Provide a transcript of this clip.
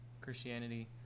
Christianity